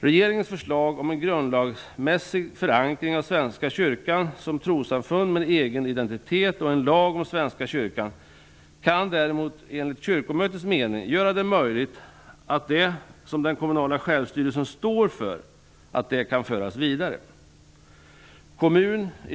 Regeringens förslag om en grundlagsmässig förankring av Svenska kyrkan som trossamfund med en egen identitet och en lag om Svenska kyrkan kan däremot enligt Kyrkomötets mening göra det möjligt att det som den kommunala självstyrelsen står för kan föras vidare.